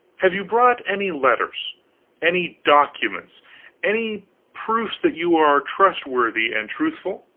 have you brought any letters any documents any proofs that you are trustworthy and truthful?